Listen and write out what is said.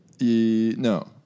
No